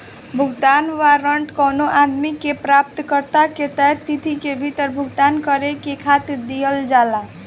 भुगतान वारंट कवनो आदमी के प्राप्तकर्ता के तय तिथि के भीतर भुगतान करे खातिर दिहल जाला